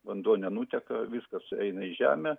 vanduo nenuteka viskas eina į žemę